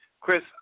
Chris